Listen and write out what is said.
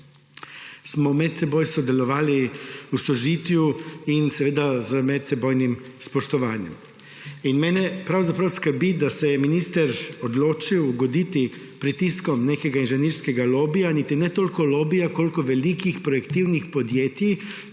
smo med seboj sodelovali v sožitju in z medsebojnim spoštovanjem. Mene pravzaprav skrbi, da se je minister odločil ugoditi pritiskom nekega inženirskega lobija, niti ne toliko lobija, kolikor velikih projektivnih podjetij,